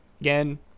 Again